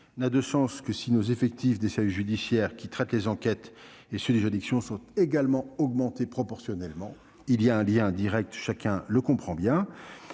n'a de sens que si les effectifs des services judiciaires traitant les enquêtes et des juridictions sont augmentés proportionnellement. Il y a un lien direct, chacun le comprend bien.